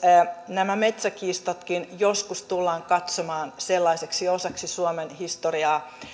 nämä metsäkiistatkin joskus tullaan katsomaan sellaiseksi osaksi suomen historiaa